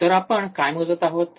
तर आपण काय मोजत आहोत